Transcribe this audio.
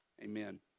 amen